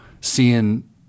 seeing